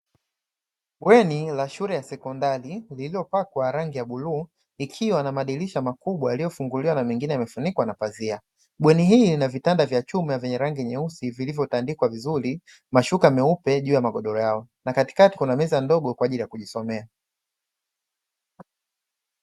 Bweni la shule ya sekondari lililopakwa rangi ya bluu, ikiwa na madirisha makubwa yaliyofunguliwa na mengine yamefunikwa na pazia. Bweni hili lina vitanda vya chuma vyenye rangi nyeusi, vilivyotandikwa vizuri mashuka meupe juu ya magodoro yao na katikati kuna meza ndogo kwa ajili ya kujisomea.